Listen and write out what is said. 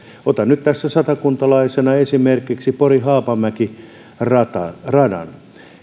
otan nyt tässä satakuntalaisena esimerkiksi pori haapamäki radan radan